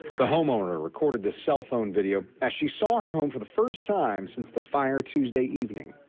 the homeowner recorded this cell phone video as she saw her home for the first time since the fire tuesday evening.